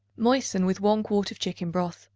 moisten with one quart of chicken broth,